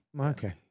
Okay